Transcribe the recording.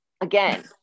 again